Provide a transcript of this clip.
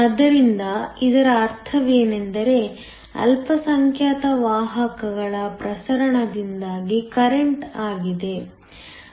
ಆದ್ದರಿಂದ ಇದರ ಅರ್ಥವೇನೆಂದರೆ ಅಲ್ಪಸಂಖ್ಯಾತ ವಾಹಕಗಳ ಪ್ರಸರಣದಿಂದಾಗಿ ಕರೆಂಟ್ವಾಗಿದೆ